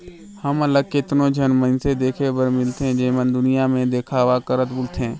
हमन ल केतनो झन मइनसे देखे बर मिलथें जेमन दुनियां में देखावा करत बुलथें